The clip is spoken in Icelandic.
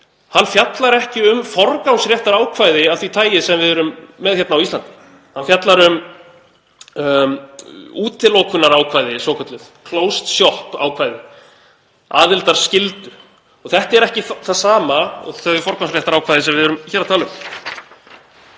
dómur fjallar ekki um forgangsréttarákvæði af því tagi sem við erum með hér á Íslandi, hann fjallar um útilokunarákvæði svokölluð, „closed shop“-ákvæði, aðildarskyldu. Þetta er ekki það sama og þau forgangsréttarákvæði sem við erum hér að tala um.